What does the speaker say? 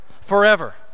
Forever